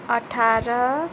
अठार